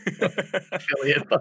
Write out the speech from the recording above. affiliate